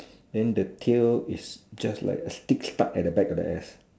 then the tail is just like a stick stuck at the back of the ass